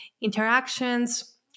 interactions